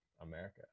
America